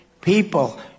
people